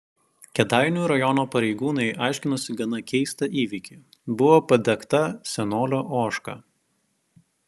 kėdainių rajono pareigūnai aiškinosi gana keistą įvykį buvo padegta senolio ožka